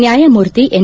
ನ್ನಾಯಮೂರ್ತಿ ಎನ್